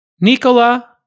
Nikola